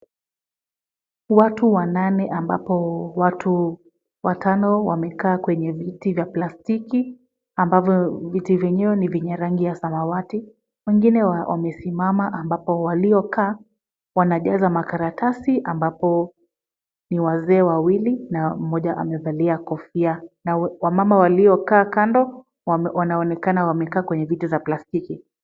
Watu wanane ambapo watu watano wamekaa wenye viti vya plastiki ambavyo viti vyenyewe ni vyenye rangi ya samawati. Wengine wamesimama ambapo waliokaa wanajaza makaratasi ambapo ni wazee wawili na mmoja na amevalia kofia. Wamama waliokaa kando wanaonekana wamekaa kwenye viti vya plastiki.